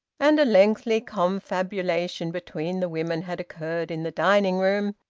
and a lengthy confabulation between the women had occurred in the dining-room,